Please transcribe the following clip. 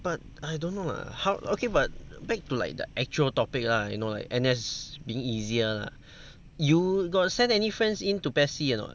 but I don't know lah how okay but back to like the actual topic lah you know like N_S being easier lah you got send any friends into PES C or not